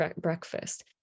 breakfast